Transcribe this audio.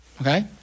Okay